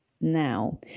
now